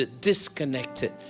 disconnected